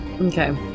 Okay